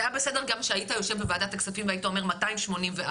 זה היה בסדר גם שהיית יושב בוועדת הכספים ואומר 284,